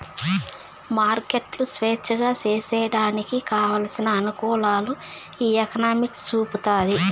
మార్కెట్లు స్వేచ్ఛగా సేసేయడానికి కావలసిన అనుకూలాలు ఈ ఎకనామిక్స్ చూపుతాది